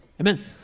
Amen